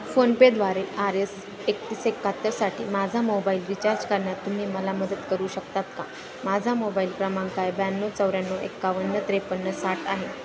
फोनपेद्वारे R S एकतीस एक्काहत्तर साठी माझा मोबाईल रिचार्ज करण्यात तुम्ही मला मदत करू शकता का माझा मोबाईल क्रमांक आहे ब्याण्णव चौऱ्याण्णव एक्कावन्न त्रेपन्न साठ आहे